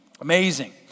Amazing